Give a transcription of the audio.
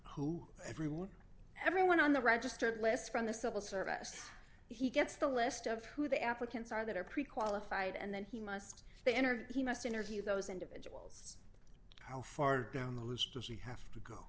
who everyone everyone on the registered list from the civil service he gets the list of who the applicants are that are pre qualified and then he must they interview he must interview those individuals how far down the list does he have to go